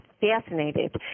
fascinated